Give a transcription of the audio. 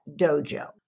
Dojo